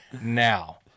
now